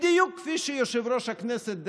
בדיוק כפי שיושב-ראש הכנסת דאז,